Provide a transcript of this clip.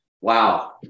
wow